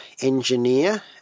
engineer